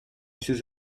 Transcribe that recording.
ses